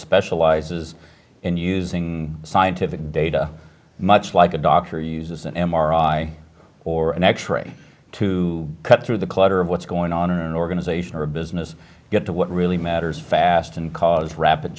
specializes in using scientific data much like a doctor uses an m r i or an x ray to cut through the clutter of what's going on or organization or business get to what really matters fast and cause rapid